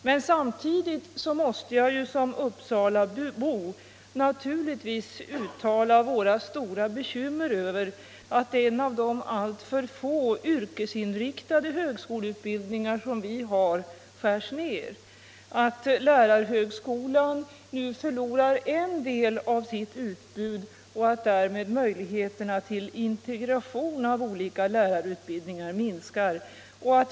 Men samtidigt måste jag som uppsalabo naturligtvis uttala våra stora bekymmer över att en av de alltför få yrkesinriktade högskoleutbildningar som vi har skärs ned, att lärarhögskolan nu förlorar en del av sitt utbud och att därmed möjligheterna till integration av olika lärarutbildningar minskar.